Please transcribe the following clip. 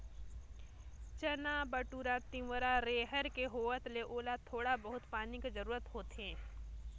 चना, बउटरा, तिंवरा, रहेर के होवत ले ओला थोड़ा बहुत पानी के जरूरत होथे